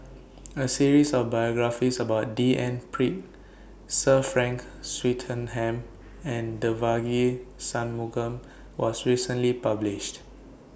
A series of biographies about D N Pritt Sir Frank Swettenham and Devagi Sanmugam was recently published